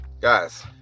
Guys